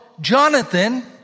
Jonathan